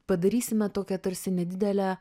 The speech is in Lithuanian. padarysime tokią tarsi nedidelę